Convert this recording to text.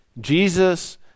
Jesus